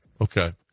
Okay